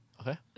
Okay